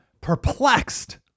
perplexed